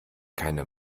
keine